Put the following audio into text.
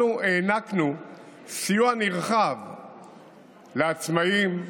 אנחנו הענקנו סיוע נרחב לעצמאים,